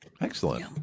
Excellent